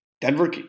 Denver